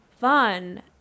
fun